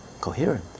coherent